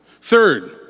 Third